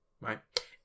right